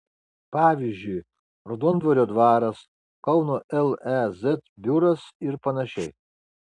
pavyzdžiui raudondvario dvaras kauno lez biuras ir panašiai